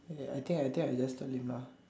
I I think I think I just tell him lah